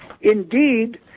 indeed